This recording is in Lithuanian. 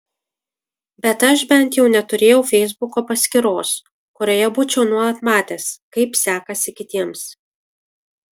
bet aš bent jau neturėjau feisbuko paskyros kurioje būčiau nuolat matęs kaip sekasi kitiems